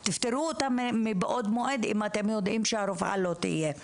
תפתרו את הבעיה מבעוד מועד אם אתם יודעים שהרופאה לא תהיה.